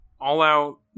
all-out